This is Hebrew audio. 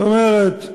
זאת אומרת,